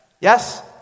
Yes